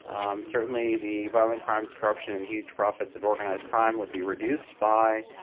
certainly, the violent crimes, corruption, and huge profits of organized crime would be reduced by